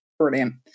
brilliant